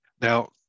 Now